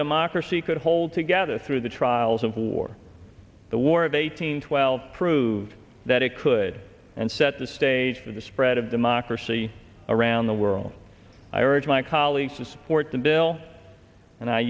democracy could hold together through the trials of war the war of eighteen twelve proved that it could and set the stage for the spread of democracy around the world i urge my colleagues to support the bill and i